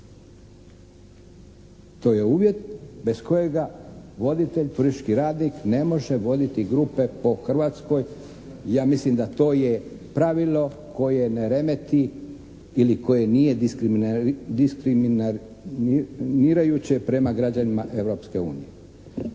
To je uvjet bez kojega voditelj turistički radnik ne može voditi grupe po Hrvatskoj, ja mislim da to je pravilo koje ne remeti ili koje nije diskriminirajuće prema građanima